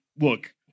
Look